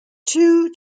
two